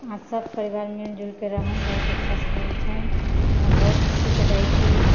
अहाँ सब परिवार मिल जुलके रहब बहुत अच्छासँ लगै छै हम बहुत खुशीसँ जाइ छी